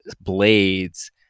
blades